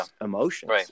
emotions